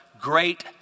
great